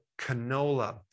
canola